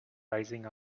rising